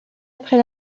après